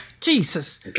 Jesus